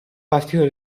partito